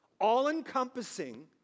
all-encompassing